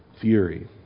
fury